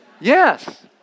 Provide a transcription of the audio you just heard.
yes